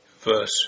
verse